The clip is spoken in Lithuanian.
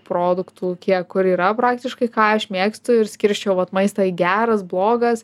produktų kiek kur yra praktiškai ką aš mėgstu ir skirsčiau vat maistą į geras blogas